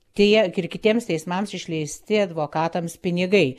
tiek ir kitiems teismams išleisti advokatams pinigai